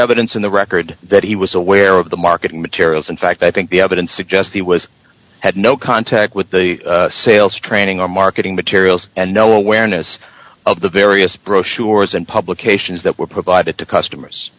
evidence in the record that he was aware of the marketing materials in fact i think the evidence suggests he was had no contact with the sales training or marketing materials and no awareness of the various brochures and publications that were provided to customers